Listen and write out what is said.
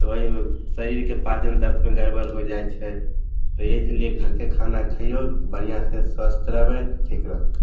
तऽ ओहिमे शरीरके पाचन तन्त्रमे गड़बड़ होय जाय छै तऽ इसलिए घर के खाना खययौ तऽ बढ़ियाँ से स्वस्थ रहबय ठीक रहबय